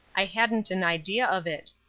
i hadn't an idea of it.